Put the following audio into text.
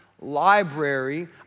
library